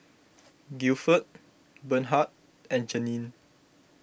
Guilford Bernhard and Janene